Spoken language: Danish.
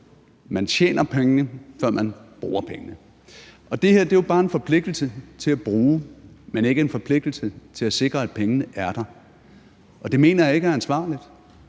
Man tjener pengene, før man bruger pengene. Det her er jo bare en forpligtelse til at bruge, men ikke en forpligtelse til at sikre, at pengene er der, og det mener jeg ikke er ansvarligt.